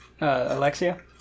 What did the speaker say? Alexia